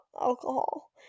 alcohol